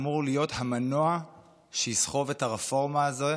אמור להיות המנוע שיסחוב את הרפורמה הזו,